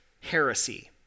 heresy